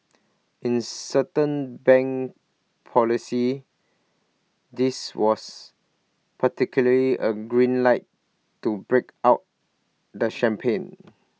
in certain bank policy this was practically A green light to break out the champagne